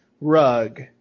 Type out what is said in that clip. rug